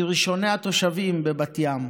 מראשוני התושבים בבת ים,